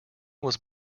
was